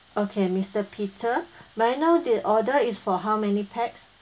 okay mister peter may I know the order is for how many pax